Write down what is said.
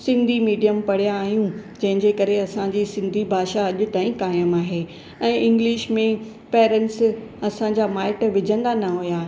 Sindhi medium पढ़िया आहियूं जंहिंजे करे असांजी सिंधी भाषा अॼु ताईं क़ाइमु आहे ऐं इंग्लिश में पैरेंट्स असांजा माइटि विझंदा न हुआ